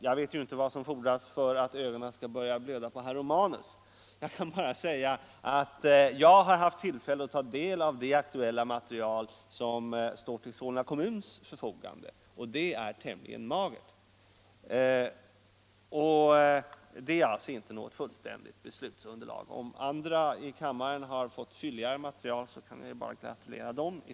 Jag vet ju inte vad som fordras för att ögonen skall börja blöda på herr Romanus, utan jag kan bara hänvisa till att jag har haft tillfälle att ta del av det aktuella material som står till Solna kommuns förfogande och att detta material är tämligen magert. Det utgör alltså inte något fullständigt beslutsunderlag. Om andra ledamöter i kammaren har fått ett fylligare material är de i så fall bara att gratulera.